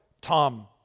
Tom